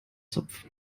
zopf